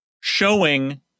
showing